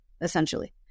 essentially